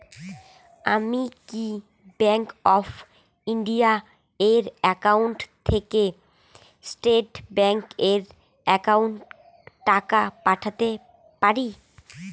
আমি কি Bank of India এর একাউন্ট থেকে স্টেট ব্যাংক এর একাউন্টে টাকা পাঠাতে পারি?